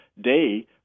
day